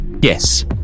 Yes